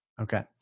Okay